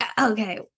Okay